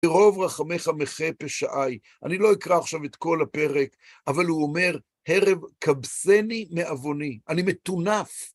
ברוב רחמך מחה פשעי, אני לא אקרא עכשיו את כל הפרק, אבל הוא אומר, הרב כבסני מעווני, אני מטונף.